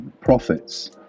profits